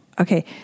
okay